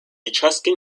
etruscan